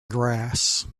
grass